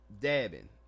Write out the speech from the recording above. dabbing